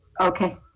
Okay